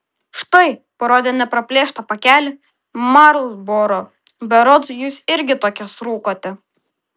štai parodė nepraplėštą pakelį marlboro berods jūs irgi tokias rūkote